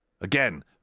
Again